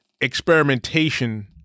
experimentation